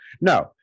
No